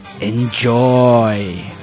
Enjoy